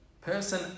person